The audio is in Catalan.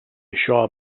això